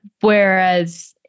Whereas